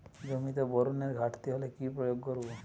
জমিতে বোরনের ঘাটতি হলে কি প্রয়োগ করব?